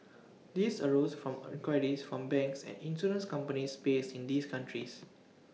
these arose from inquiries from banks and insurance companies based in these countries